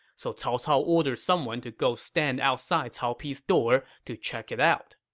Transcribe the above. so cao cao ordered someone to go stand outside cao pi's door to check it out.